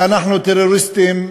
שאנחנו טרוריסטים?